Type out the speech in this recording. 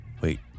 Wait